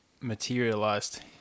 materialized